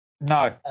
no